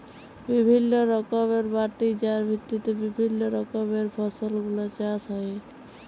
বিভিল্য রকমের মাটি যার ভিত্তিতে বিভিল্য রকমের ফসল গুলা চাষ হ্যয়ে